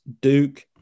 Duke